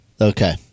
Okay